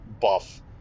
buff